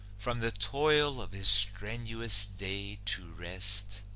from the toil of his strenuous day to rest,